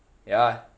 ya